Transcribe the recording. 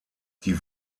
die